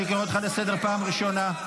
אני קורא אותך לסדר פעם ראשונה.